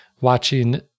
watching